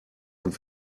und